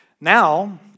Now